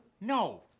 No